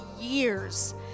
years